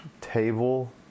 table